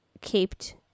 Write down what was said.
caped